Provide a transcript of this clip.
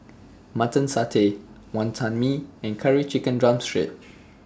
Mutton Satay Wantan Mee and Curry Chicken Drumstick